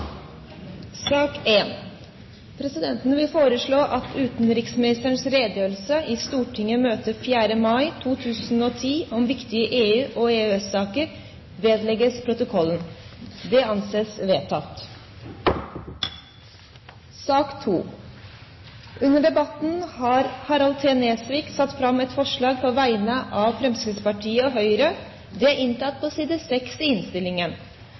sak nr. 4 er avsluttet. Stortinget går til votering. Presidenten foreslår at utenriksministerens redegjørelse i Stortingets møte 4. mai 2010 om viktige EU- og EØS-saker vedlegges protokollen. – Det anses vedtatt. Under debatten har Harald T. Nesvik satt fram et forslag på vegne av Fremskrittspartiet og Høyre. Forslaget lyder: «Stortinget ber regjeringen foreta en gjennomgang av råfiskloven med tanke på